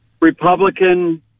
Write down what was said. Republican